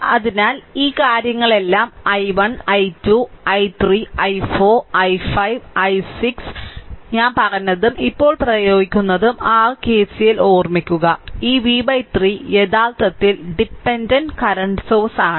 അതിനാൽ ഈ കാര്യങ്ങളെല്ലാം i1 i 2 i3 i4 i5 i6 ഞാൻ പറഞ്ഞതും ഇപ്പോൾ പ്രയോഗിക്കുന്നതും r KCL ഓർമ്മിക്കുക ഈ v 3 യഥാർത്ഥത്തിൽ ഡിപെൻഡന്റ് കറന്റ് സോഴ്സ് ആണ്